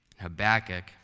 Habakkuk